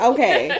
Okay